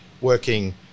working